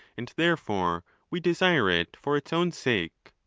and therefore we desire it for its own sake.